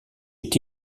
est